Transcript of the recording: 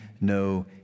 no